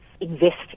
invest